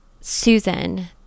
Susan